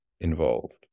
involved